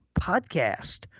podcast